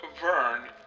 Verne